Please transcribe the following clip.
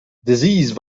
disease